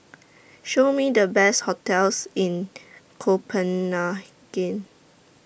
Show Me The Best hotels in Copenhagen